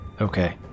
Okay